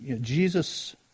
Jesus